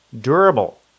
durable